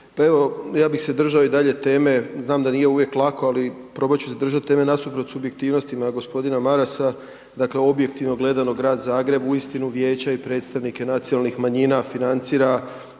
Pa, evo, ja bih se držao i dalje teme, znam da nije uvijek lako, ali probat ću zadržat teme nasuprot subjektivnostima g. Marasa. Dakle, objektivno gledano Grad Zagreb uistinu vijeća i predstavnike nacionalnih manjina financira,